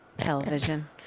television